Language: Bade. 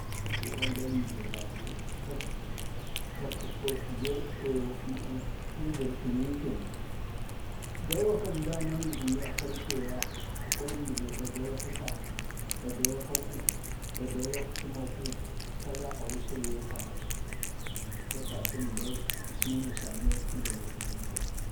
wujərak kəlwii keenan. dawa kam dama nən zənu akan cewa akwai ndi bee va dawak kətla, va dawak kaku va dawak təmaku tala a wusar yoo kwaya azu batatinde shine saniyatkəja bee ka wusar.